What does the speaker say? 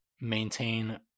maintain